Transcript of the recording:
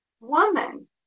woman